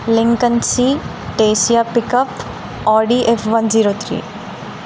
Lincoln Tesla pickup RDF one zero three